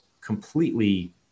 completely